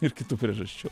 ir kitų priežasčių